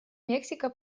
мексика